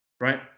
Right